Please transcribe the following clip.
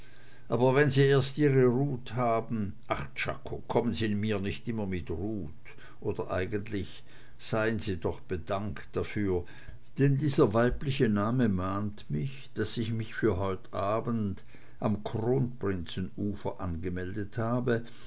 aber wenn sie erst ihre ruth haben ach czako kommen sie mir nicht immer mit ruth oder eigentlich seien sie doch bedankt dafür denn dieser weibliche name mahnt mich daß ich mich für heut abend am kronprinzenufer angemeldet habe